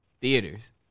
theaters